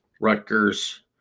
Rutgers